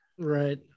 Right